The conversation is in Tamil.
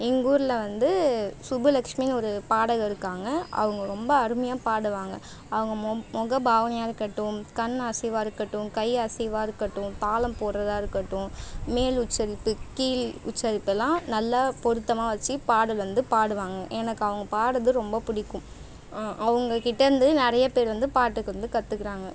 எங்கள் ஊரில் வந்து சுப்புலக்ஷ்மின்னு ஒரு பாடகர் இருக்காங்க அவங்க ரொம்ப அருமையாக பாடுவாங்க அவங்க மொ முக பாவனையாக இருக்கட்டும் கண் அசைவாக இருக்கட்டும் கை அசைவாக இருக்கட்டும் தாளம் போடுறதா இருக்கட்டும் மேல் உச்சரிப்பு கீழ் உச்சரிப்பெல்லாம் நல்லா பொருத்தமாக வச்சு பாடல் வந்து பாடுவாங்க எனக்கு அவங்க பாடுறது ரொம்ப பிடிக்கும் அவங்கக்கிட்டேருந்து நிறைய பேர் வந்து பாட்டுக்கு வந்து கற்றுக்கறாங்க